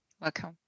welcome